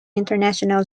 international